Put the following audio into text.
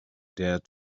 dared